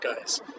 guys